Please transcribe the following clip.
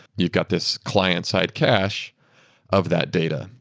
you've got this client-side cache of that data.